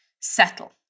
settle